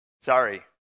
Sorry